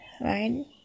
right